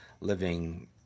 living